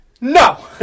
No